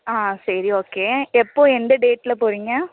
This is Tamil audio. ஆ சரி ஓகே எப்போ எந்த டேட்டில் போகறிங்க